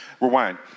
rewind